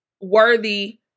worthy